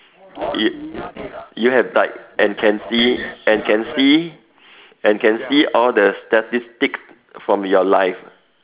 you you have died and can see and can see and can see all the statistics from your life